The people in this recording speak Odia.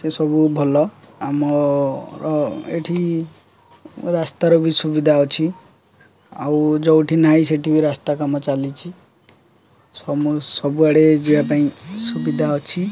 ସେ ସବୁ ଭଲ ଆମର ଏଇଠି ରାସ୍ତାର ବି ସୁବିଧା ଅଛି ଆଉ ଯେଉଁଠି ନାହିଁ ସେଇଠି ବି ରାସ୍ତା କାମ ଚାଲିଛି ସମୁ ସବୁଆଡ଼େ ଯିବା ପାଇଁ ସୁବିଧା ଅଛି